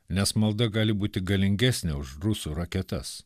nes malda gali būti galingesnė už rusų raketas